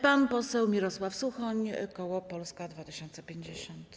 Pan poseł Mirosław Suchoń, koło Polska 2050.